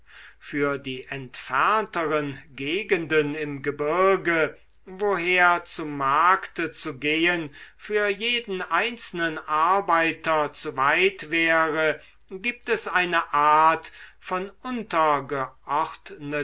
für die entfernteren gegenden im gebirge woher zu markte zu gehen für jeden einzelnen arbeiter zu weit wäre gibt es eine art von